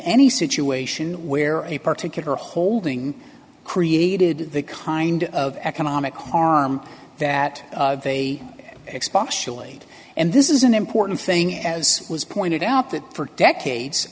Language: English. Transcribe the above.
any situation where a particular holding created the kind of economic harm that they expose chelated and this is an important thing as was pointed out that for decades